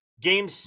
game